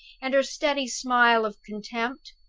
and her steady smile of contempt.